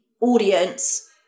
audience